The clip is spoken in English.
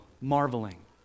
Marveling